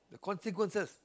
the consequences